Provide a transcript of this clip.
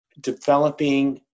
developing